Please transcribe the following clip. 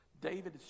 David